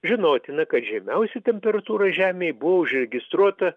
žinotina kad žemiausia temperatūra žemėj buvo užregistruota